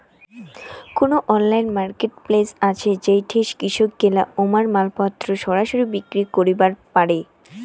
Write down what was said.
কুনো online marketplace আছে যেইঠে কৃষকগিলা উমার মালপত্তর সরাসরি বিক্রি করিবার পারে?